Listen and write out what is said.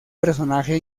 personaje